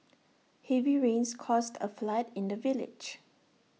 heavy rains caused A flood in the village